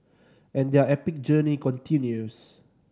and their epic journey continues